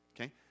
Okay